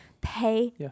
Pay